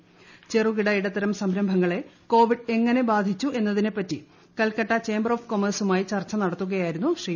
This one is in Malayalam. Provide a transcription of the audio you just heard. പൂചറുകിട ഇടത്തരം സംരംഭങ്ങളെ കോവിഡ് എങ്ങനെ ബാധിച്ചു് എന്നതിനെപ്പറ്റി കൽക്കട്ട ചേംബർ ഓഫ് കൊമേഴ്സുമായി ചർച്ച നട്ത്തുകയായിരുന്നു ശ്രീ